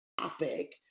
topic